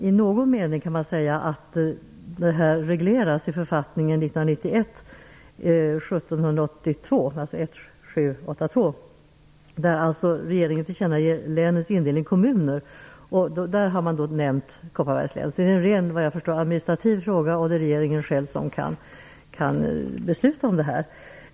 I någon mening kan man säga att detta regleras i författning 1991:1782 där regeringen tillkännager länens indelning i kommuner. Där har man nämnt Kopparbergs län. Vad jag förstår är det en rent administrativ fråga. Det är regeringen själv som kan besluta om det här.